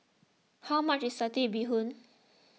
how much is Satay Bee Hoon